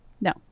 No